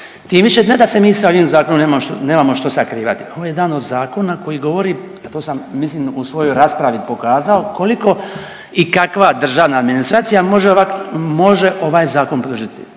Tim više ne da se mi sa ovim zakonom nemamo što sakrivati, ovo je jedan od zakona koji govori, a to sam mislim u svojoj raspravi pokazao, koliko i kakva državna administracija može ovaj zakon pružiti.